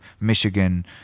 michigan